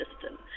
system